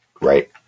right